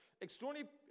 extraordinary